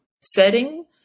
setting